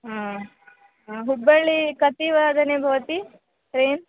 हा हुब्बळ्ळि कतिवादने भवति ट्रैन्